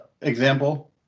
example